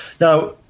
Now